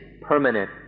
permanent